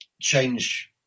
change